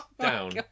down